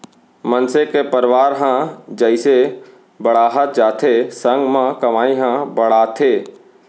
मनसे के परवार ह जइसे बाड़हत जाथे संग म कमई ह बाड़थे